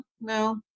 no